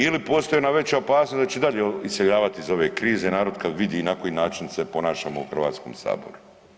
Ili postoji ona veća opasnost da će dalje iseljavati iz ove krize narod kad vidi na koji način se ponašamo u Hrvatskom saboru.